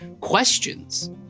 questions